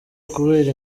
kubera